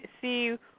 see